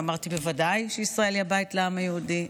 ואמרתי, בוודאי שישראל היא הבית לעם היהודי.